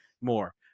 more